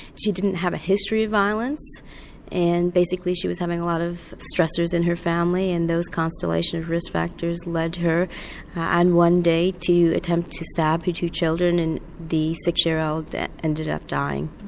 she didn't have a history of violence and basically she was having a lot of stressors in her family and those constellation of of risk factors led her and one day to attempt to stab her two children and the six year old ended up dying.